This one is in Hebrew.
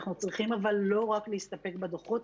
אבל אנחנו צריכים לא רק להסתפק בדוחות,